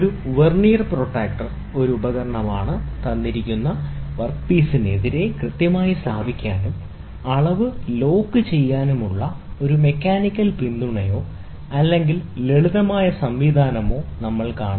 ഒരു vernier protractor ഒരു ഉപകരണമാണ് തന്നിരിക്കുന്ന വർക്ക് പീസിനെതിരെ കൃത്യമായി സ്ഥാപിക്കാനും അളവ് ലോക്ക് ചെയ്യാനുമുള്ള ഒരു മെക്കാനിക്കൽ പിന്തുണയോ അല്ലെങ്കിൽ ലളിതമായ സംവിധാനമോ നമ്മൾ കാണും